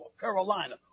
Carolina